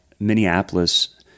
Minneapolis